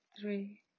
three